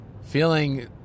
feeling